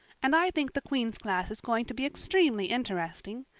and i think the queen's class is going to be extremely interesting.